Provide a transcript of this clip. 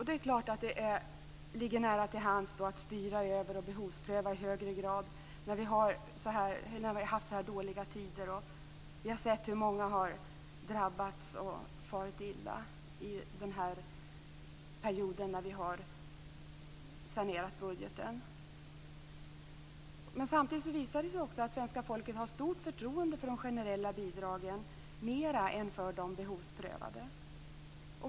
Det ligger naturligtvis nära till hands att styra över och behovspröva i högre grad när vi har haft så här dåliga tider och sett hur många har drabbats och farit illa medan vi sanerat budgeten. Samtidigt visar det sig också att svenska folket har större förtroende för de generella bidragen än för de behovsprövade.